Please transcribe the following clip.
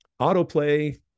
autoplay